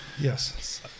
Yes